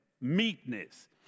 meekness